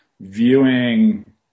viewing